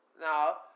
Now